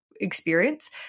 Experience